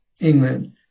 England